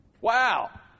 Wow